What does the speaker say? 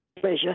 pleasure